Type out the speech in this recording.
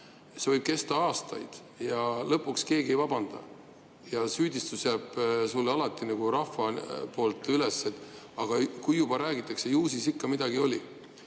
See võib kesta aastaid ja lõpuks keegi ei vabanda. Süüdistus jääb sulle alati rahva poolt külge. Kui juba räägitakse, ju siis ikka midagi oli.